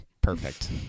Perfect